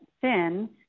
thin